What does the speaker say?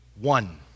one